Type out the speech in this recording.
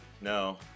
no